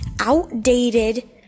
outdated